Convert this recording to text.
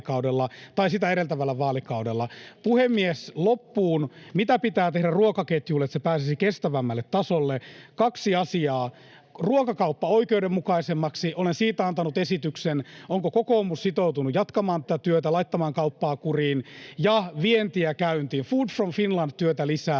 tai sitä edeltävällä vaalikaudella. Puhemies! Loppuun: Mitä pitää tehdä ruokaketjulle, niin että se pääsisi kestävämmälle tasolle? Kaksi asiaa: Ruokakauppa oikeudenmukaisemmaksi. Olen siitä antanut esityksen. Onko kokoomus sitoutunut jatkamaan tätä työtä, laittamaan kauppaa kuriin? Ja vientiä käyntiin, Food from Finland ‑työtä lisää.